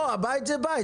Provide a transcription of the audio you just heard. בית זה בית.